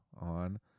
on